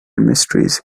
mysteries